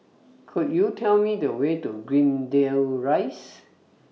Could YOU Tell Me The Way to Greendale Rise